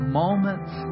moments